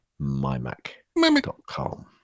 mymac.com